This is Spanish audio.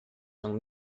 son